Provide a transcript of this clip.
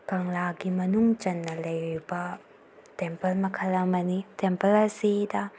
ꯀꯪꯂꯥꯒꯤ ꯃꯅꯨꯡ ꯆꯟꯅ ꯂꯩꯔꯤꯕ ꯇꯦꯝꯄꯜ ꯃꯈꯜ ꯑꯃꯅꯤ ꯇꯦꯝꯄꯜ ꯑꯁꯤꯗ